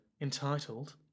entitled